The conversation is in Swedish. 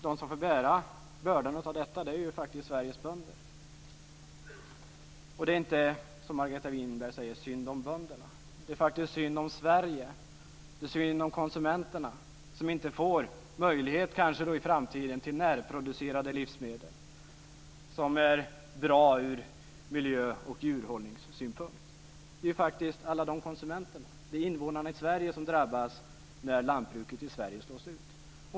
De som får bära bördan av detta är Sveriges bönder. Det är inte synd om bönderna, som Margareta Winberg också säger. Det är faktiskt synd om Sverige. Det är synd om konsumenterna, som i framtiden kanske inte får möjlighet att köpa närproducerade livsmedel som är bra från miljö och djurhållningssynpunkt. Det är alla dessa konsumenter - invånarna i Sverige - som drabbas när lantbruket i Sverige slås ut.